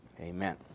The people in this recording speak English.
Amen